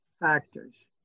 factors